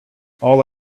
all